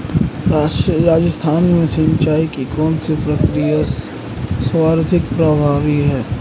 राजस्थान में सिंचाई की कौनसी प्रक्रिया सर्वाधिक प्रभावी है?